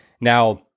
Now